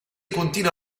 continua